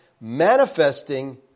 manifesting